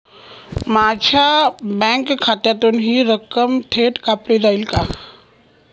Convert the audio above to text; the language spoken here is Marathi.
माझ्या बँक खात्यातून हि रक्कम थेट कापली जाईल का?